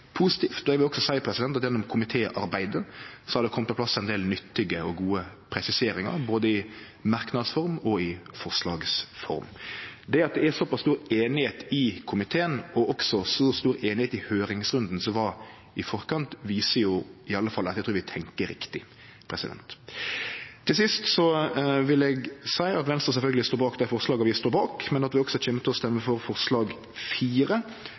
positivt. Eg vil også seie at gjennom komitéarbeidet har det kome på plass ein del nyttige og gode presiseringar, både i merknadsform og i forslagsform. Det at det er såpass stor einigheit i komiteen, og også så stor einigheit i høyringsrunden som var i forkant, trur eg viser at vi iallfall tenkjer riktig. Til sist vil eg seie at Venstre sjølvsagt stiller oss bak dei forslaga vi stiller oss bak, men at vi også kjem til å stemme for forslag